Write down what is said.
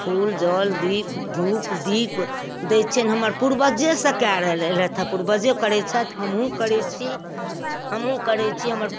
फूल जल दीप धूप दीप दै छिअनि हमर पूर्बजॆसँ कै एलथि पूर्वजे करैत छथि हमहुँ करैत छी हमहुँ करैत छी हमर पु